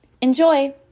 Enjoy